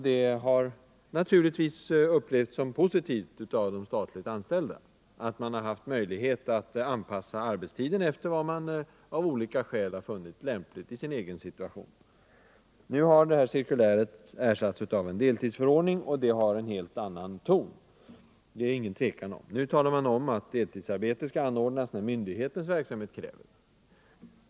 Det har naturligtvis upplevts som positivt av de statligt anställda att de har haft möjlighet att anpassa arbetstiden efter vad de av olika skäl funnit lämpligt i sin egen situation. Nu har cirkuläret ersatts av en deltidsförordning, och den har en helt annan ton. Nu talar man om att deltidsarbete skall anordnas när myndighetens verksamhet kräver det.